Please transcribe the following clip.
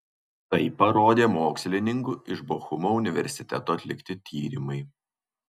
tai parodė mokslininkų iš bochumo universiteto atlikti tyrimai